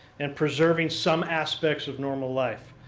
and preserving some aspects of normal life.